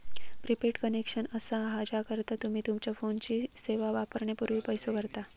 prepaid connection असा हा ज्याकरता तुम्ही तुमच्यो फोनची सेवा वापरण्यापूर्वी पैसो भरता